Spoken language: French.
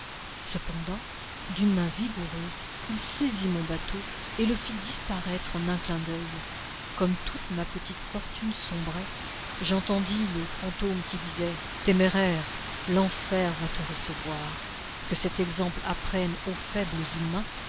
cependant d'une main vigoureuse il saisit mon bateau et le fit disparaître en un clin d'oeil comme toute ma petite fortune sombrait j'entendis le fantôme qui disait téméraire l'enfer va te recevoir que cet exemple apprenne aux faibles humains